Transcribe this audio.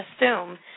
assume